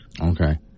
Okay